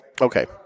Okay